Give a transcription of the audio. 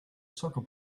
soccer